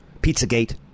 Pizzagate